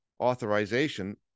authorization